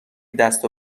دست